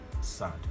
Sad